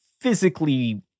physically